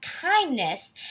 kindness